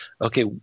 okay